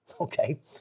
okay